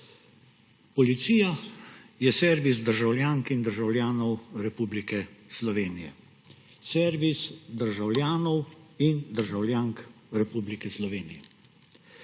Policija je servis državljank in državljanov Republike Slovenije. Servis državljanov in državljank Republike Slovenije.